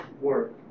work